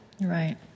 Right